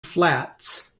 flats